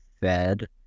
Fed